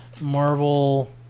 Marvel